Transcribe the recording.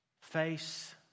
face